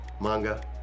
Manga